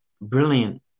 brilliant